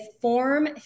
form